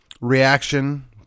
reaction